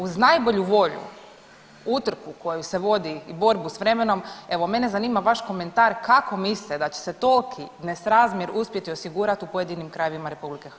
Uz najbolju volju, utrku koja se vodi i borbu s vremenom, evo, mene zanima vaš komentar kako mislite da će toliki nesrazmjer uspjeti osigurati u pojedinim krajevima RH?